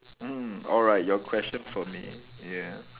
mm alright your question for me yeah